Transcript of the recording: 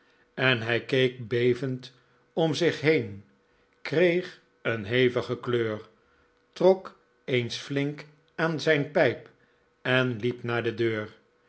en hij keek bevend om zich heen kreeg een hevige kleur trok eens flink aan zijn pijp en liep naar de deur